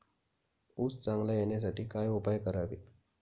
ऊस चांगला येण्यासाठी काय उपाय करावे?